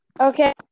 Okay